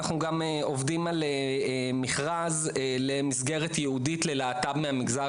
אנחנו גם עובדים על מכרז למסגרת ייעודית ללהט"ב מהמגזר